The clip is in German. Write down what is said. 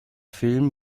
film